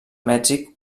mèxic